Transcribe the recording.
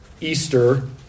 Easter